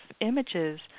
images